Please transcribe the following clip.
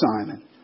Simon